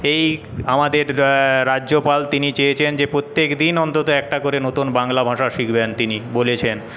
এই আমাদের রাজ্যপাল তিনি চেয়েছেন যে প্রত্যেকদিন অন্তত একটা করে নতুন বাংলা ভাষা শিখবেন তিনি বলেছেন